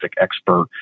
expert